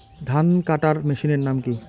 ধান কাটার মেশিনের নাম কি?